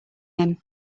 him